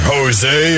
Jose